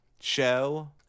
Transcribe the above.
show